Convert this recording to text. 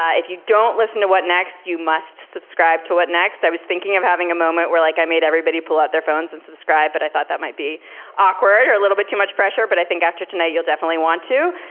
if you don't listen to what next. you must subscribe to what next. i was thinking of having a moment where, like i made everybody pull out their phones and subscribe, but i thought that might be awkward or a little bit too much pressure. but i think after tonight, you'll definitely want to.